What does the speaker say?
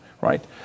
Right